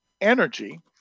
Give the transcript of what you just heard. energy